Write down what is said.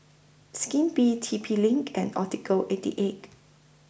Skippy T P LINK and Optical eighty eight